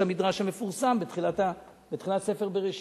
יש את המדרש המפורסם בתחילת ספר בראשית,